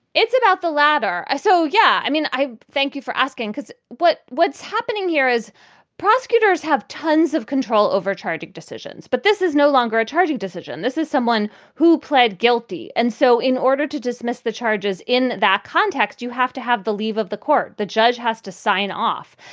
it's about the latter. so, yeah, i mean, i thank you for asking, because what what's happening here is prosecutors have tons of control over charging decisions, but this is no longer a charging decision. this is someone who pled guilty. and so in order to dismiss the charges in that context, you have to have the leave of the court. the judge has to sign off.